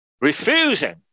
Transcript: refusing